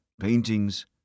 paintings